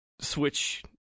Switch